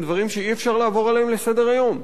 הם דברים שאי-אפשר לעבור עליהם לסדר-היום.